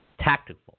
tactical